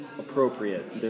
Appropriate